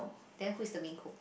then who is the main cook